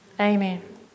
Amen